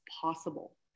possible